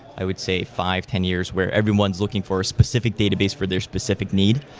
i would say, five, ten years where everyone's looking for a specific database for their specific needs.